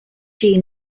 gene